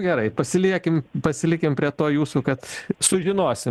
gerai pasiliekim pasilikim prie to jūsų kad sužinosim